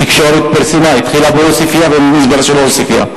התקשורת פרסמה שזה התחיל במזבלה של עוספיא.